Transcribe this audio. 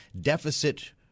deficit